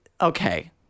okay